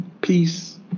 peace